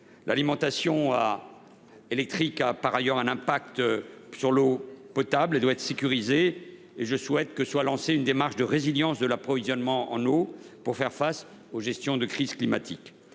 L’alimentation électrique a par ailleurs un impact sur l’eau potable. Elle doit être sécurisée. C’est pourquoi je souhaite que soit lancée une démarche de résilience de l’approvisionnement en eau pour faire face à la gestion des crises climatiques.